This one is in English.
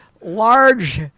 large